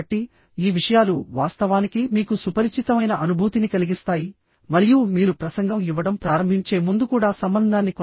కాబట్టి ఈ విషయాలు వాస్తవానికి మీకు సుపరిచితమైన అనుభూతిని కలిగిస్తాయి మరియు మీరు ప్రసంగం ఇవ్వడం ప్రారంభించే ముందు కూడా సంబంధాన్ని కొనసాగిస్తాయి